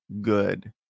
good